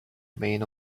remain